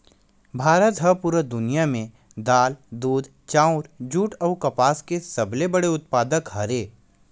भारत हा पूरा दुनिया में दाल, दूध, चाउर, जुट अउ कपास के सबसे बड़े उत्पादक हरे